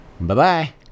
Bye-bye